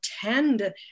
tend